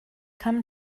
come